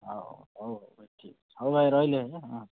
ଠିକ୍ ଅଛି ହଉ ହଉ ରହିଲି ହେଲା ହଁ